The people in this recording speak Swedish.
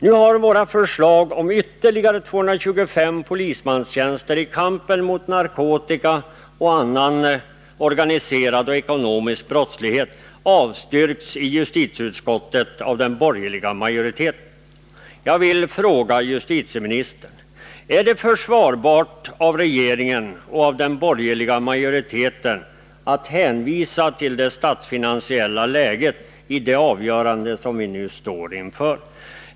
Nu har våra förslag om ytterligare 225 polismanstjänster i kampen mot narkotikabrottslighet och annan organiserad och ekonomisk brottslighet avstyrkts i justitieutskottet av den borgerliga majoriteten. Jag vill fråga justitieministern: Är det försvarbart av regeringen och av den borgerliga majoriteten att hänvisa till det statsfinansiella läget när det gäller det avgörande som vi nu står inför?